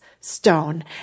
stone